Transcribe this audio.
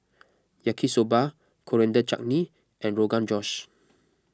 Yaki Soba Coriander Chutney and Rogan Josh